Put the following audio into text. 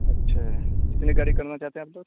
اچھا کتنے گاڑی کرنا چاہتے ہیں آپ لوگ